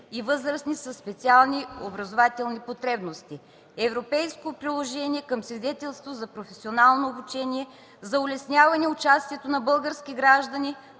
и възрастни със специални образователни потребности; Европейско приложение към свидетелството за професионално обучение за улесняване участието на български граждани